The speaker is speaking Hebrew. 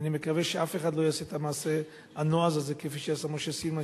ואני מקווה שאף אחד לא יעשה את המעשה הנועז הזה כפי שעשה משה סילמן,